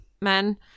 men